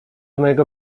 mojego